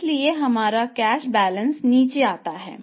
इसलिए हमारा cash balance लाते हैं